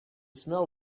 smell